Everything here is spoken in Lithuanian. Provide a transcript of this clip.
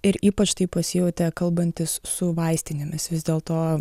ir ypač tai pasijautė kalbantis su vaistinėmis vis dėlto